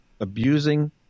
abusing